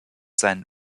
seinen